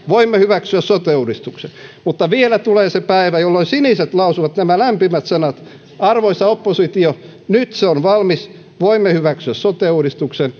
voimme hyväksyä sote uudistuksen mutta vielä tulee se päivä jolloin siniset lausuvat nämä lämpimät sanat arvoisa oppositio nyt se on valmis voimme hyväksyä sote uudistuksen